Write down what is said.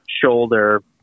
shoulder